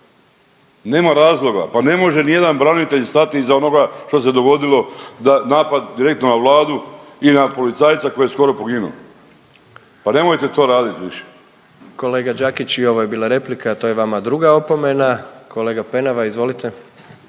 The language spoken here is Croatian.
Nema razloga. Pa ne može ni jedan branitelj stati iza onoga što se dogodilo da je napad direktno na Vladu i na policajca koji je skoro poginuo. Pa nemojte to raditi više! **Jandroković, Gordan (HDZ)** Kolega Đakić i ovo je bila replika, a to je vama druga opomena. Kolega Penava, izvolite.